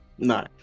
No